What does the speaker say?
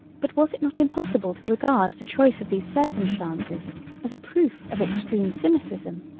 but was it not impossible to regard the choice of these circumstances as a proof of extreme cynicism?